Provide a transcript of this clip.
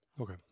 Okay